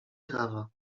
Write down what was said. trawa